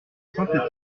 saint